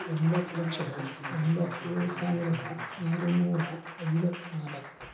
ಒಂಬತ್ತು ಲಕ್ಷದ ಎಂಬತ್ತೇಳು ಸಾವಿರದ ಆರು ನೂರ ಐವತ್ತ್ನಾಲ್ಕು